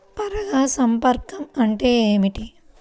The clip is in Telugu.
పరాగ సంపర్కం అంటే ఏమిటి?